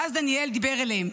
ואז דניאל דיבר אליהם.